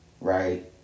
Right